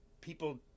people